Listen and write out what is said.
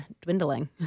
dwindling